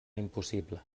impossible